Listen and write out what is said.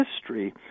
history